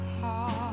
heart